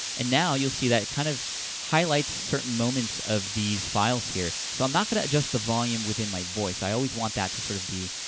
and now, you'll see that it kind of highlights certain moments of these files, here. so i'm not gonna adjust the volume within my voice. i always want that to sort of be